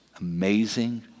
amazing